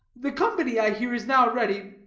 the company, i hear, is now ready,